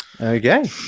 okay